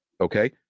Okay